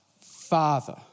Father